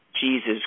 Jesus